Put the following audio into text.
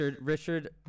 Richard